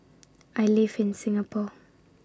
I live in Singapore